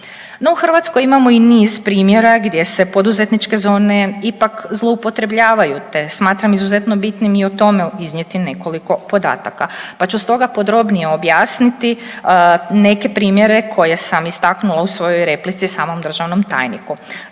u Hrvatskoj imamo i niz primjera gdje se poduzetničke zone ipak zloupotrebljavaju te smatram izuzetno bitnim i o tome iznijeti nekoliko podataka pa ću stoga podrobnije objasniti neke primjere koje sam istaknula u svojoj replici samom državnom tajniku.